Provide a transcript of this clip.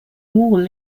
wall